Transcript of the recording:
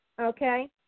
okay